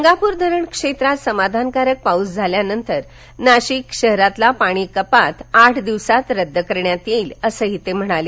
गंगापूर धरण क्षेत्रात समाधानकारक पाऊस झाल्यास नाशिक शहरातील पाणी कपात आठ दिवसात रद्द करण्यात येईल असेही त्यांनी सांगितले